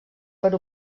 per